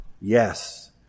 Yes